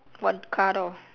what car door